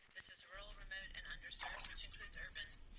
this is rural, remote, and underserved, which includes urban.